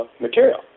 material